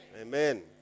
amen